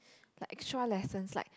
like extra lessons like